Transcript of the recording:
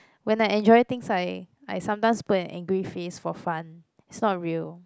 when I enjoy things I I sometimes put an angry face for fun it's not real